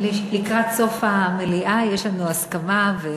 לקראת סוף המליאה יש לנו הסכמה.